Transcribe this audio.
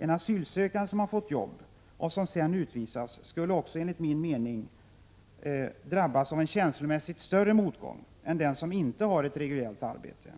En asylsökande som har fått jobb och som sedan utvisas skulle enligt min uppfattning drabbas av en känslomässigt större motgång än den som inte har ett reguljärt arbete.